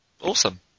Awesome